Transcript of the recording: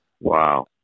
Wow